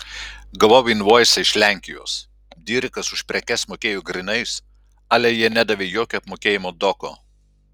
gavau invoisą iš lenkijos dirikas už prekes mokėjo grynais ale jie nedavė jokio apmokėjimo doko